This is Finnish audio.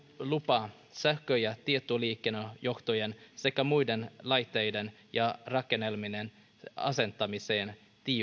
lupaa sähkö ja tietoliikennejohtojen sekä muiden laitteiden ja rakennelmien asentamiseen